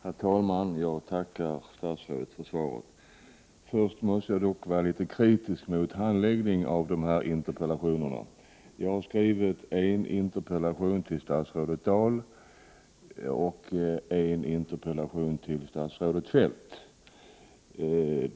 Herr talman! Jag tackar statsrådet för svaret. Först måste jag dock vara litet kritisk mot handläggningen av dessa interpellationer. Jag har ställt en interpellation till statsrådet Dahl och en till statsrådet Feldt.